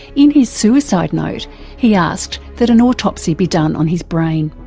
in his suicide note he asked that an autopsy be done on his brain.